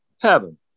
heaven